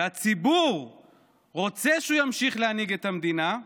והציבור רוצה שהוא ימשיך להנהיג את המדינה,